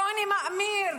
עוני מאמיר,